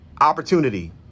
opportunity